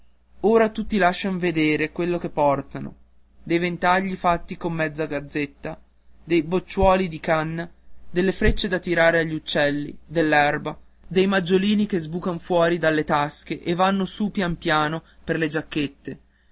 ora tutti lascian vedere quello che portano dei ventagli fatti con mezza gazzetta dei bocciuoli di canna delle freccie da tirare agli uccelli dell'erba dei maggiolini che sbucano fuor delle tasche e vanno su pian piano per le giacchette